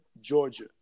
Georgia